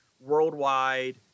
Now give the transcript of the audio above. worldwide